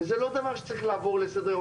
וזה לא דבר שצריך לעבור לסדר היום,